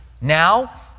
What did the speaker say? now